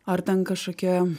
ar ten kažkokie